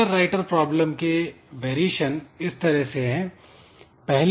reader writer problem के variation इस तरह से है